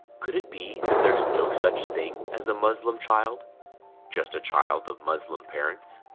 could it be that. there's no such thing as a muslim child just a child of muslim parents